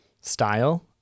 style